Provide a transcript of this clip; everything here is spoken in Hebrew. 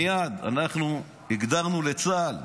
מייד הגדרנו לצה"ל